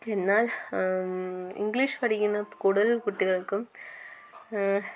എന്നാൽ ഇംഗ്ലീഷ് പഠിക്കുന്ന കൂടുതൽ കുട്ടികൾക്കും